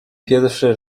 pierwszy